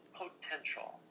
potential